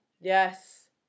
Yes